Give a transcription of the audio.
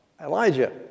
Elijah